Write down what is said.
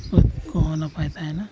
ᱵᱟᱹᱫᱽ ᱠᱚ ᱦᱚᱸ ᱱᱟᱯᱟᱭ ᱛᱟᱦᱮᱱᱟ